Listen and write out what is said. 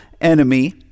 enemy